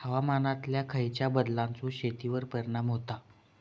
हवामानातल्या खयच्या बदलांचो शेतीवर परिणाम होता?